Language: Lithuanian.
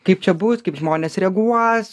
kaip čia bus kaip žmonės reaguos